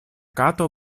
kato